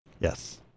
Yes